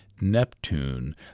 Neptune